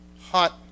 hot